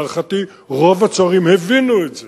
להערכתי רוב הצוערים הבינו את זה.